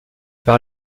par